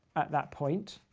at that point,